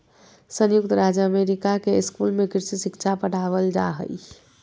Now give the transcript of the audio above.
संयुक्त राज्य अमेरिका के स्कूल में कृषि शिक्षा पढ़ावल जा हइ